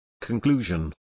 Conclusion